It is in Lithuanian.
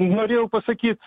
norėjau pasakyti